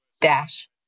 Dash